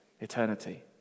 eternity